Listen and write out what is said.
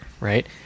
right